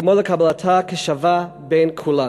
כמו לקבלתה כשווה בין כולם.